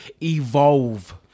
evolve